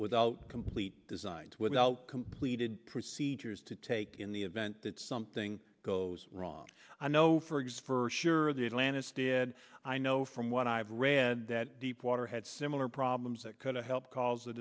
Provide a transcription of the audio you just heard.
without complete design without completed procedures to take in the event that something goes wrong i know for it's for sure the atlantis did i know from what i've read that deep water had similar problems that could have helped cause a